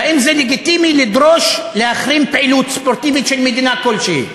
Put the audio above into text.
והאם זה לגיטימי לדרוש להחרים פעילות ספורטיבית של מדינה כלשהי?